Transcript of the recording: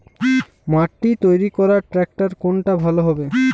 মাটি তৈরি করার ট্রাক্টর কোনটা ভালো হবে?